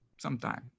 sometime